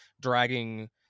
dragging